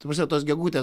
ta prasme tos gegutės